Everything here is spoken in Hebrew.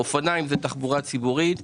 אופניים זה תחבורה ציבורית.